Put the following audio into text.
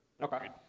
okay